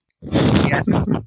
Yes